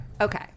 Okay